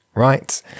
Right